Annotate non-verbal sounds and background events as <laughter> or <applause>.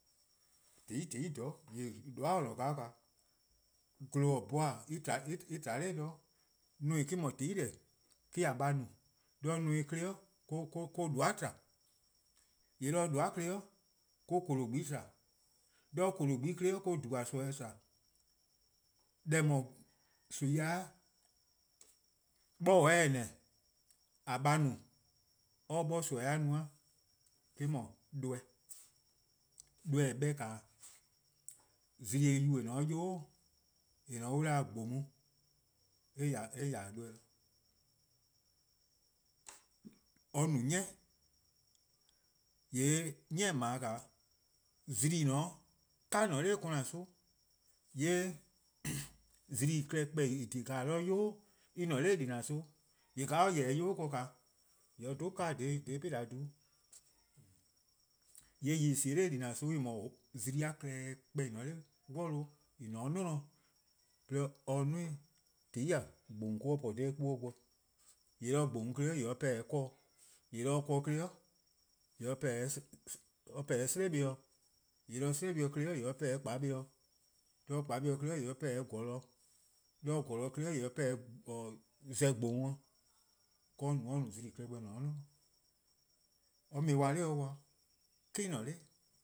:Tehn 'i :tehn'i 'toror' <hesitation> :doeh'+ :or :ne-a :naa, :gbe+-: :boeh'+ <hesitation> en tba 'nor 'de-dih. Neme: me-: no :tehn 'i deh me-: :a :baa no, 'de neme 'klei' 'de :doeh'+ tba, :yee' 'de :doeh'+ 'de 'de :korlorgba+ tba, 'de :korlorgba+ 'de 'de :doazweh' tba. Deh :eh :mor nimi-a 'bor-dih 'o :neh :a :baa no-a 'de or 'bor nimi-a no-a eh-: 'dhu doeh'. Doeh :eh 'beh-a 'o, zimi:-yu: :eh :ne-a 'de yubo' worn, an 'da-dih :gbomor eh :ya-dih doeh de. Or no 'ni :yee' 'ni :dao' zimi: :en :ne-a 'de 'kan :ne 'nor kona son bo, :yee' <coughs> zimi-a klehkpeh :en :dhie:-a 'o 'de yobo' worn en :ne 'noror' :dila:-son bo. :yee' :ka or :yeh-dih yubo' ken :yee' or dhe 'kan-dih dha :bhehneh'-dhu ken. :yee' :yeh en sie-a 'nor :dila: son <hesitation> :en no-a zimi-a klehkpeh :en :ne-a 'nor 'worluh' :en :ne-a 'de 'nior, 'de or 'duo:-ih, :zai' :gbomor mo-: or po dha 'kpuhbuh' ken, :yee' 'do :gbomor 'klei' or 'pehn-dih 'de 'kor dih, :yee' 'de 'kor klei' or 'pehn-dih 'de 'slebih dih, :yee' 'de 'slebih 'klei' or 'pehn-dih 'de :gbabih dih dha 'kpuhbuh' ken. Dha :gbomor 'klei' :yee' or pehn-dih 'o 'kor dih, :yee' 'de kor 'klei' or <hesitation> 'pehn-dih 'de 'slebih dih, :yee' 'de 'slebih' 'klei' or ;pehn-dih 'o :gbabih dih, gbabih 'klei' or 'pehn gola dih, :yee' 'de gole 'klei' or 'pehn-dih 'o zleh-gboon dih, ka or no or no zimi: klehkpeh :en :ne-a 'o 'nior. or 'ble-ih kwa 'de or kwa. 'pehn